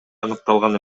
аныкталган